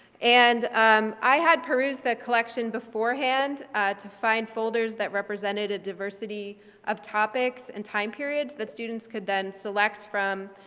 and um i had perused that collection beforehand to find folders that represented a diversity of topics and time periods that students could then select from,